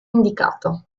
indicato